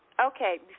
Okay